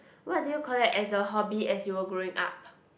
what do you collect as a hobby as you were growing up